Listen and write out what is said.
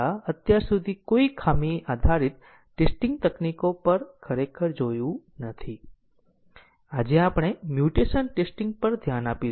તેથી ત્યાં કોઈ ખચકાટ નથી અને કોઈ અસ્પષ્ટતા નથી આપણે ફક્ત 1 થી 2 ની ધાર દોરીએ છીએ